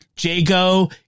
Jago